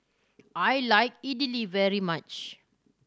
I like Idili very much